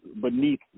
beneath